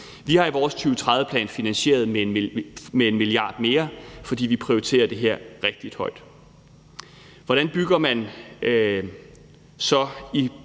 Vi har i vores 2030-plan finansieret det med 1 mia. kr. mere, fordi vi prioriterer det her rigtig højt. Hvordan bygger man så